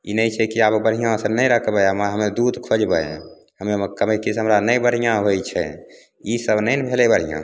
ई नहि छै कि आब बढ़िआँसे नहि राखबै हमे दूध खोजबै हमे कहबै कि से हमरा नहि बढ़िआँ होइ छै ईसब नहि ने भेलै बढ़िआँ